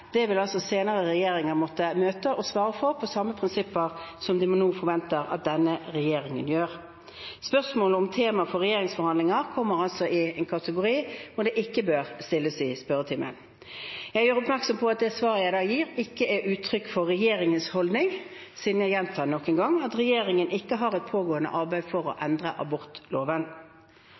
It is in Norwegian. Det vil senere regjeringer måtte møte og svare for, etter de samme prinsipper som de nå forventer at denne regjeringen gjør. Spørsmålet om tema for regjeringsforhandlinger er altså i en kategori spørsmål som ikke bør stilles i spørretimen. Jeg gjør oppmerksom på at det svaret jeg gir, ikke er uttrykk for regjeringens holdning, siden jeg nok en gang gjentar at regjeringen ikke har et pågående arbeid for å endre abortloven.